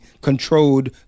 controlled